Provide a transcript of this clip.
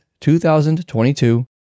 2022